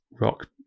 rock